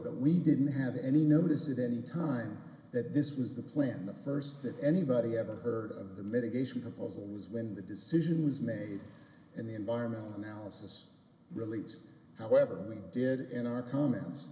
that we didn't have any notice at any time that this was the plan the first that anybody ever heard of the mitigation proposal was when the decision was made and the environment analysis released however we did in our comments